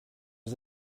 was